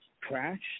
crashed